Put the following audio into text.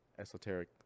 esoteric